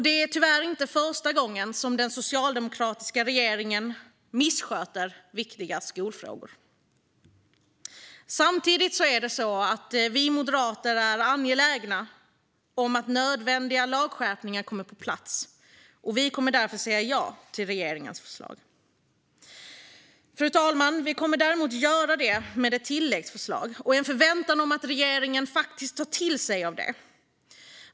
Det är tyvärr inte första gången som den socialdemokratiska regeringen missköter viktiga skolfrågor. Samtidigt är vi moderater angelägna om att få nödvändiga lagskärpningar på plats. Vi kommer därför att säga ja till regeringens förslag, fru talman. Vi kommer dock att göra det med ett tilläggsförslag och en förväntan om att regeringen tar det till sig.